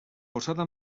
posada